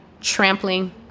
trampling